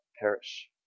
perish